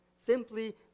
Simply